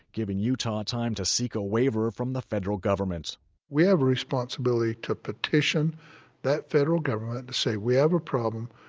giving utah time to seek a waiver from the federal government we have a responsibility to petition the federal government to say, we have a problem.